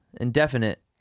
indefinite